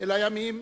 אל הימים